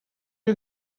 you